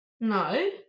No